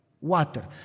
water